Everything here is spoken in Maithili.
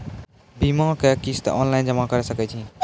बीमाक किस्त ऑनलाइन जमा कॅ सकै छी?